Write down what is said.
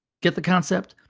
get the concept?